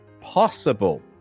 possible